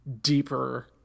deeper